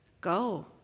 Go